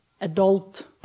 Adult